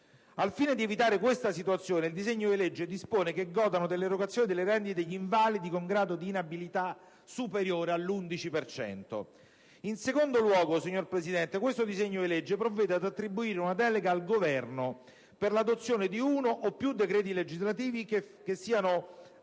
Al fine di evitare questa situazione, il disegno di legge dispone che godano dell'erogazione delle rendite gli invalidi con grado di inabilità superiore all'11 per cento. In secondo luogo, signora Presidente, questo disegno di legge provvede ad attribuire una delega al Governo per l'adozione di uno o più decreti legislativi che siano atti